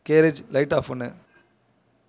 garage லைட்டை off பண்ணு